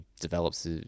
Develops